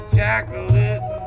chocolate